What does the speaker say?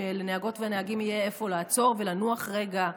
שלנהגות ולנהגים יהיה איפה לעצור ולנוח רגע.